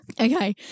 okay